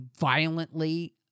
violently